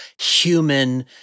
human